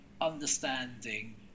understanding